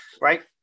Right